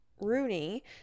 rooney